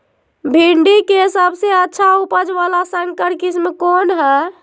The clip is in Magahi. भिंडी के सबसे अच्छा उपज वाला संकर किस्म कौन है?